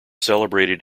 celebrated